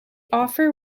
offer